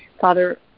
Father